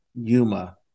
Yuma